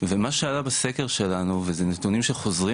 ומה שעלה בסקר שלנו וזה נתונים שחוזרים